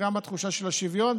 גם בתחושה של השוויון,